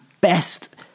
best